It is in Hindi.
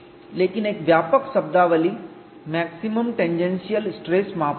लेकिन एक व्यापक शब्दावली मैक्सिमम टेंजेंशियल स्ट्रेस मापदंड है